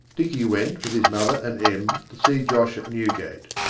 dicky went, with his mother and em, to see josh at newgate.